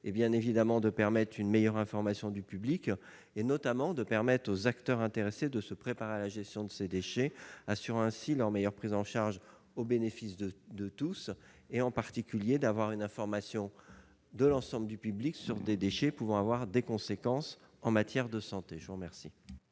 est bien évidemment de garantir une meilleure information du public, notamment de permettre aux acteurs intéressés de se préparer à la gestion de ces déchets, assurant ainsi leur meilleure prise en charge au bénéfice de tous. Il s'agit d'en particulier d'avoir une information de l'ensemble du public sur des déchets pouvant entraîner des conséquences en matière de santé. Quel